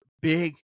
Big